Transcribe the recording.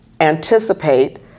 anticipate